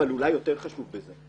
אבל אולי יותר חשוב מזה,